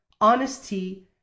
honesty